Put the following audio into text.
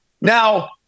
now